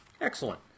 Excellent